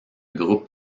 groupe